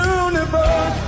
universe